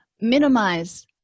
minimize